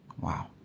Wow